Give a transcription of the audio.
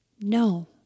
No